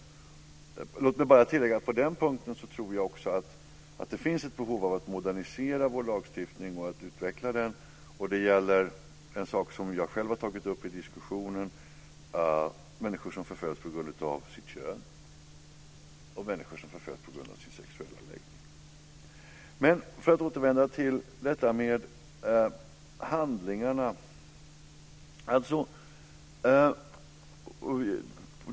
Låt mig bara tillägga att jag på den punkten tror att det finns ett behov av att modernisera och utveckla vår lagstiftning, och det gäller en sak som jag själv har tagit upp i diskussionen, nämligen människor som förföljs på grund av sitt kön och människor som förföljs på grund av sin sexuella läggning. Men nu ska jag återvända till detta med handlingarna.